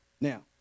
Now